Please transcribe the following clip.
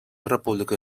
república